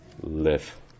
live